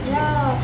ya